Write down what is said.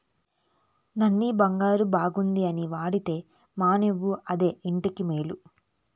నూన ఒగరుగుందని వాడేది మానేవు అదే ఒంటికి మేలు